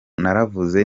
naravuze